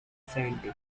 seventy